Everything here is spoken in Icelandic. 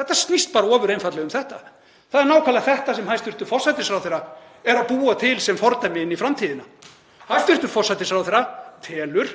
Þetta snýst bara ofur einfaldlega um þetta. Það er nákvæmlega þetta sem hæstv. forsætisráðherra er að búa til sem fordæmi inn í framtíðina. Hæstv. forsætisráðherra telur